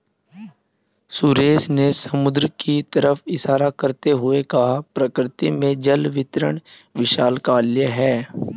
सुरेश ने समुद्र की तरफ इशारा करते हुए कहा प्रकृति में जल वितरण विशालकाय है